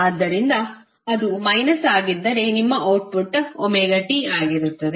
ಆದ್ದರಿಂದ ಅದು ಮೈನಸ್ ಆಗಿದ್ದರೆ ನಿಮ್ಮ ಅವ್ಟ್ಟ್ಪುಟ್ ωt ಆಗಿರುತ್ತದೆ